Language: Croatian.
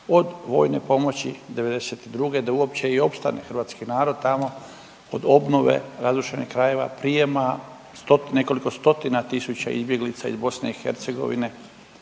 od vojne pomoći '92. da uopće i opstane hrvatski narod tamo, od obnove razrušenih krajeva, prijema nekoliko stotina tisuća izbjeglica iz BiH do